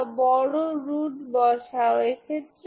এটা লাফ বন্ধ করা উচিত